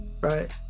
right